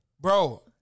Bro